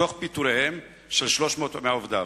תוך פיטוריהם של 300 מעובדיו.